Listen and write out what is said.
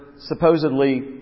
supposedly